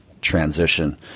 transition